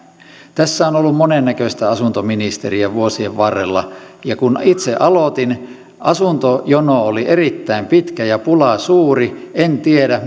tässä on ollut monennäköistä asuntoministeriä vuosien varrella ja kun itse aloitin asuntojono oli erittäin pitkä ja pula suuri en tiedä